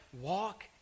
walk